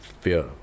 Fear